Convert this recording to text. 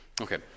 Okay